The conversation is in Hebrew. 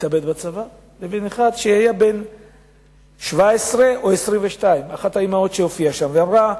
התאבד בצבא לבין אחד שהיה בן 17 או 22. אחת האמהות שהופיעה שם אמרה,